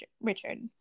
Richard